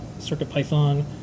CircuitPython